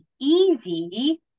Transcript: easy